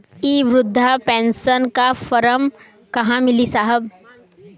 इ बृधा पेनसन का फर्म कहाँ मिली साहब?